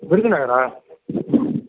விருதுநகரா